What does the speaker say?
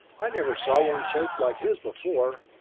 i never saw one shaped like his before,